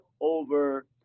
over